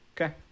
Okay